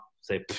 say